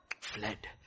Fled